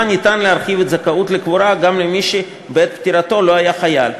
ניתן להרחיב את הזכאות לקבורה גם למי שבעת פטירתו לא היה חייל.